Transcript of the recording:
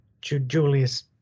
julius